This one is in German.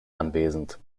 anwesend